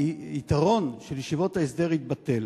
והיתרון של ישיבות ההסדר יתבטל.